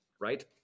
Right